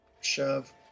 Shove